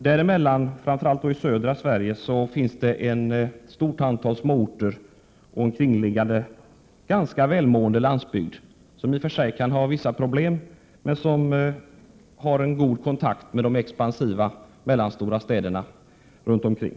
Därutöver finns det, framför allt i södra Sverige, ett stort antal mindre orter med omkringliggande, ganska välmående landsbygd, som i och för sig kan ha vissa problem men som har en god kontakt med de expansiva mellanstora städerna runt omkring.